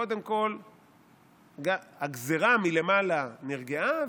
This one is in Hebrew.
קודם כול הגזרה מלמעלה נרגעה,